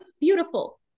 beautiful